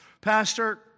Pastor